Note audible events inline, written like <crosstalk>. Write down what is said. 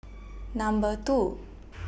Number two <noise>